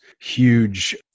huge